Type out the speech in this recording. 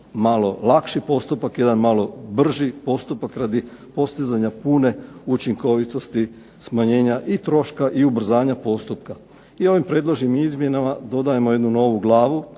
malo lakši postupak, jedan malo brži postupak radi postizanja pune učinkovitosti smanjenja i troška i ubrzanja postupka. I ovim predloženim izmjenama dodajemo jednu novu glavu